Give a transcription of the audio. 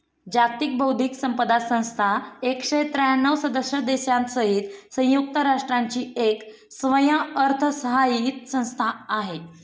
जागतिक बौद्धिक संपदा संस्था एकशे त्र्यांणव सदस्य देशांसहित संयुक्त राष्ट्रांची एक स्वयंअर्थसहाय्यित संस्था आहे